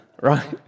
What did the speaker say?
Right